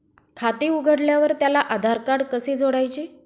खाते उघडल्यावर त्याला आधारकार्ड कसे जोडायचे?